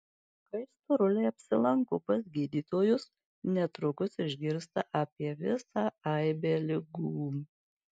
kai storuliai apsilanko pas gydytojus netrukus išgirsta apie visą aibę ligų